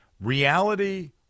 Reality